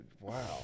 wow